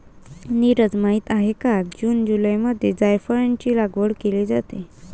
नीरज माहित आहे का जून जुलैमध्ये जायफळाची लागवड केली जाते